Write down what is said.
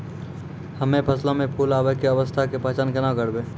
हम्मे फसलो मे फूल आबै के अवस्था के पहचान केना करबै?